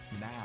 now